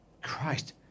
Christ